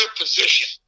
position